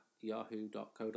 yahoo.co.uk